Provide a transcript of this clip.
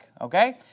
okay